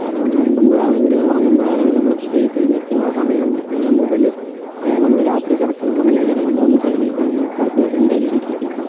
കാരണം നമ്മൾ ഉണ്ണുമ്പോഴാണെങ്കിലും ഉറങ്ങുമ്പോഴാണെങ്കിലും നമ്മൾ ഇപ്പോൾ എണീക്കുന്ന സമയം മുതൽ നമ്മൾ രാത്രി കിടക്കുന്ന സമയം വരെ നമ്മൾ മൊബൈൽ നോക്കാണ്ട് എന്തായാലും ഇരിക്കില്ല അപ്പം